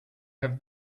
have